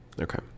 Okay